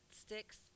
sticks